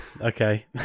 okay